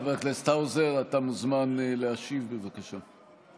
חבר הכנסת האוזר, אתה מוזמן להשיב, בבקשה.